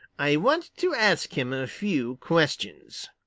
i want to ask him a few questions.